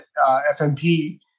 FMP